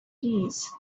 trees